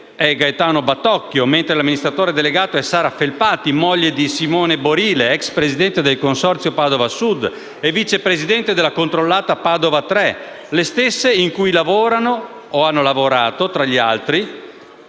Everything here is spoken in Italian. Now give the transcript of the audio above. è Gaetano Battocchio, mentre l'amministratore delegato è Sara Felpati, moglie di Simone Borile, ex presidente del Consorzio Padova Sud e vicepresidente della controllata Padova Tre, le stesse in cui lavorano o hanno lavorato, tra gli altri,